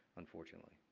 unfortunately.